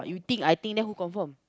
you think I think then who confirm